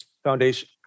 Foundation